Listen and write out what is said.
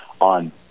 on